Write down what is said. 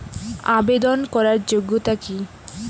আবেদন করার যোগ্যতা কি?